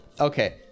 Okay